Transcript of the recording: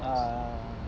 ah ah ah